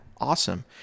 awesome